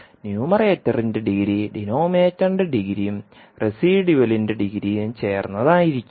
ന്യൂമറേറ്ററിന്റെ degree ഡിനോമിനേറ്ററിന്റെ ഡിഗ്രിയും റെസിഡ്യുലിന്റെ ഡിഗ്രിയും ചേർന്നതായിരിക്കും